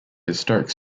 historic